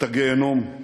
את הגיהינום.